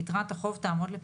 רציתי להתייחס לשתי